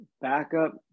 backup